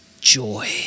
joy